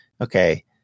okay